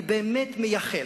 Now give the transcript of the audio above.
אני באמת מייחל,